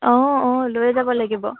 অঁ অঁ লৈয়ে যাব লাগিব